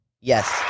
Yes